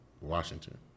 Washington